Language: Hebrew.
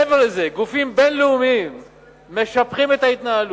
מעבר לזה, גופים בין-לאומיים משבחים את ההתנהלות.